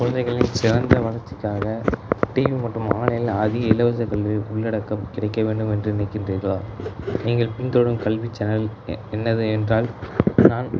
குழந்தைகளின் சிறந்த வளர்ச்சிக்காக டிவி மற்றும் ஆன்லைன் அதிக இலவச கல்வி உள்ளடக்கம் கிடைக்க வேண்டும் என்று நினைக்கின்றீர்களா நீங்கள் பின்தொடரும் கல்விச் சேனல் என்னது என்றால் நான்